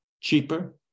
cheaper